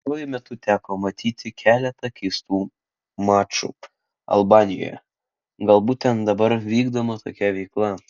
pastaruoju metu teko matyti keletą keistų mačų albanijoje galbūt ten dabar vykdoma tokia veikla